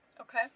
Okay